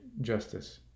justice